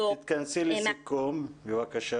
ווליד טאהא) תתכנסי לסיום בבקשה.